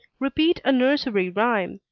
repeat a nursery rhyme,